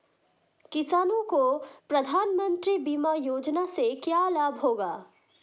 किसानों को प्रधानमंत्री बीमा योजना से क्या लाभ होगा?